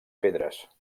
pedres